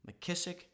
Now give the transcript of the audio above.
McKissick